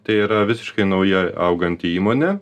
tai yra visiškai nauja auganti įmonė